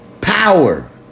Power